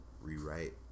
rewrite